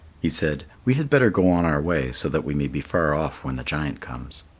he said, we had better go on our way so that we may be far off when the giant comes.